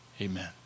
amen